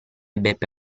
beppe